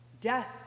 Death